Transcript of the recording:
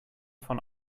von